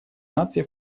наций